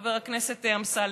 חבר הכנסת אמסלם,